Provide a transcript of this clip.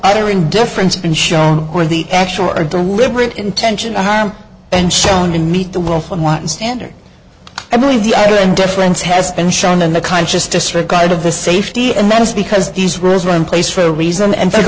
either indifference been shown or the actual or deliberate intention to harm and shown and meet the will from one standard i believe the other and difference has been shown in the conscious disregard of the safety and menace because these rules were in place for a reason and f